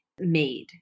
made